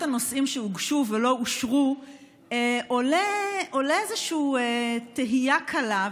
הנושאים שהוגשו ולא אושרו עולה איזושהי תהייה קלה,